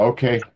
Okay